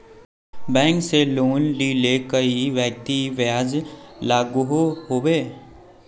Bank से loan लिले कई व्यक्ति ब्याज लागोहो होबे?